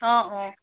অঁ অঁ